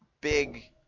big